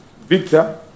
Victor